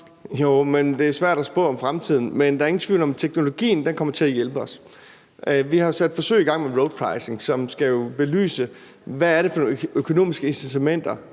Det er svært at spå om fremtiden, men der er ingen tvivl om, at teknologien kommer til at hjælpe os. Vi har jo sat forsøg i gang med roadpricing, som skal belyse, hvad det er for nogle økonomiske incitamenter,